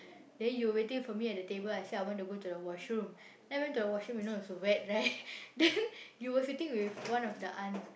then you waiting for me at the table I say I want to go the washroom then I went to the washroom you know is wet right then you were sitting with one of the aunt